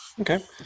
Okay